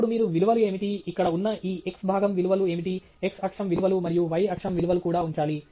అప్పుడు మీరు విలువలు ఏమిటి ఇక్కడ ఉన్న ఈ x భాగం విలువలు ఏమిటి x అక్షం విలువలు మరియు y అక్షం విలువలు కూడా ఉంచాలి